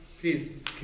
please